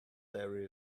there